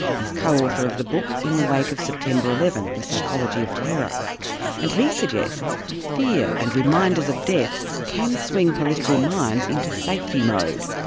he's co-author of the book in the wake of september eleven the psychology of terror and he suggests fear and reminders of death can swing political minds into safety mode,